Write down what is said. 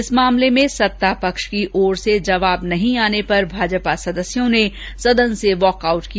इस मामले में सत्ता पक्ष की ओर से जवाब नहीं आने पर भाजपा सदस्यों ने सदन से वॉकआउट किया